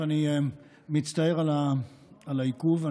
אני מצטער על העיכוב.